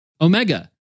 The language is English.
Omega